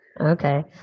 okay